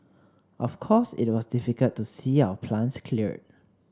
of course it was difficult to see our plants cleared